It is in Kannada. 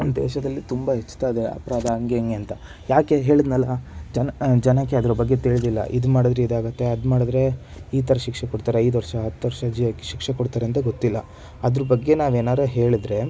ದೇಶದಲ್ಲಿ ತುಂಬ ಹೆಚ್ತಾಯಿದೆ ಅಪರಾಧ ಹಾಗೆ ಹೀಗೆ ಅಂತ ಯಾಕೆ ಹೇಳಿದ್ನಲ್ಲ ಜನ ಜನಕ್ಕೆ ಅದರ ಬಗ್ಗೆ ತಿಳಿದಿಲ್ಲ ಇದು ಮಾಡಿದ್ರೆ ಇದು ಆಗತ್ತೆ ಅದು ಮಾಡಿದ್ರೆ ಈ ಥರ ಶಿಕ್ಷೆ ಕೊಡ್ತಾರೆ ಐದು ವರ್ಷ ಹತ್ತು ವರ್ಷ ಜೈ ಶಿಕ್ಷೆ ಕೊಡ್ತಾರೆ ಅಂತ ಗೊತ್ತಿಲ್ಲ ಅದರ ಬಗ್ಗೆ ನಾವೇನಾರ ಹೇಳಿದ್ರೆ